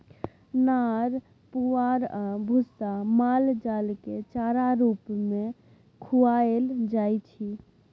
नार पुआर आ भुस्सा माल जालकेँ चारा रुप मे खुआएल जाइ छै